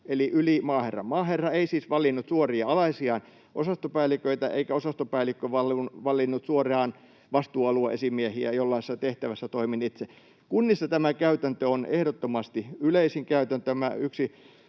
eli yli maaherran. Maaherra ei siis valinnut suoria alaisiaan osastopäälliköitä eikä osastopäällikkö valinnut suoraan vastuualue-esimiehiä, jollaisessa tehtävässä toimin itse. Kunnissa tämä käytäntö on ehdottomasti yleisin käytäntö,